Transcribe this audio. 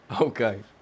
Okay